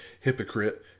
Hypocrite